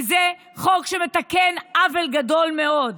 כי זה חוק שמתקן עוול גדול מאוד,